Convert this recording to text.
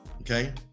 okay